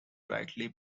brightly